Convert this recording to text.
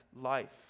life